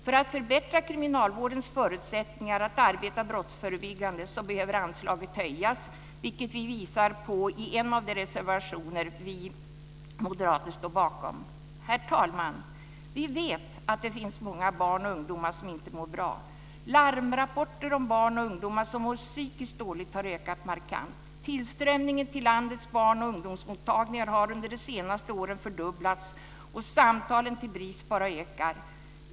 För att förbättra kriminalvårdens förutsättningar att arbeta brottsförebyggande behöver anslaget höjas, vilket vi visar på i en av de reservationer vi moderater står bakom. Herr talman! Vi vet att det finns många barn och ungdomar som inte mår bra. Larmrapporter om barn och ungdomar som mår psykiskt dåligt har ökat markant. Tillströmningen till landets barn och ungdomsmottagningar har under de senaste åren fördubblats, och samtalen till BRIS bara ökar.